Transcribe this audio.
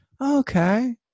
okay